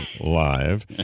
live